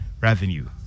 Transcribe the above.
revenue